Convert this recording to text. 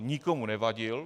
Nikomu nevadil.